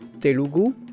Telugu